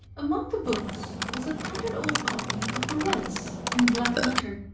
among the books was a tattered old copy of borellus in black-letter,